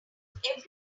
everyone